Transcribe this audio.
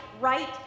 right